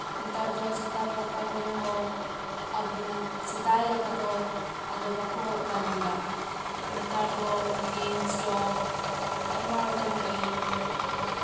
ᱱᱮᱛᱟᱨ ᱫᱚ ᱪᱷᱟᱛᱟ ᱯᱟᱛᱟ ᱠᱚᱨᱮ ᱦᱚᱸ ᱟᱵᱚ ᱥᱮᱫᱟᱭ ᱞᱮᱠᱟ ᱫᱚ ᱟᱫᱚ ᱵᱟᱠᱚ ᱦᱚᱨᱚᱜ ᱵᱟᱸᱫᱮᱭᱮᱫᱟ ᱱᱮᱛᱟᱨ ᱫᱚ ᱡᱤᱱᱥ ᱴᱚᱯ ᱟᱭᱢᱟ ᱨᱚᱠᱚᱢ ᱜᱮ